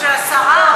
בשביל השרה.